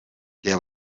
der